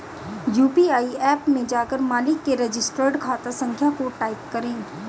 UPI app में जाकर मालिक के रजिस्टर्ड खाता संख्या को टाईप करें